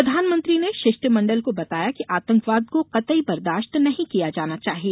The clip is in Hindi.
प्रधानमंत्री ने शिष्टमंडल को बताया कि आतंकवाद को कतई बर्दाश्त नहीं किया जाना चाहिए